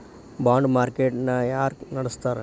ಬಾಂಡ market ನ ಯಾರ ನಡಸ್ತಾರ?